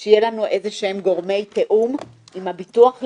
כן חשוב שיהיה לנו גורמי תיאום עם ביטוח לאומי,